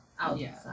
outside